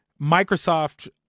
Microsoft